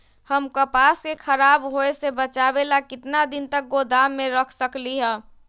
हम कपास के खराब होए से बचाबे ला कितना दिन तक गोदाम में रख सकली ह?